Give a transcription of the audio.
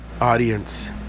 audience